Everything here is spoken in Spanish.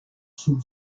sur